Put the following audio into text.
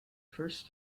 first